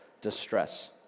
distress